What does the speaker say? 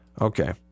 Okay